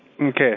Okay